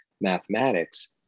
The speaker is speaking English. mathematics